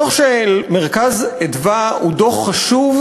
הדוח של "מרכז אדוה" הוא דוח חשוב,